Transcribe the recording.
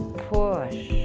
push,